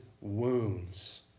wounds